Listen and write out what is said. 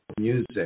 music